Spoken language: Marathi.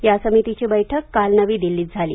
या समितीची बैठक काल नवी दिल्लीत झाली